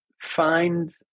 find